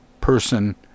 person